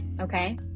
okay